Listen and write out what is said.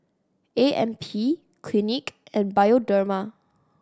A M P Clinique and Bioderma